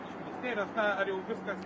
iš ministerijos na ar jau viskas